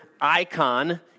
icon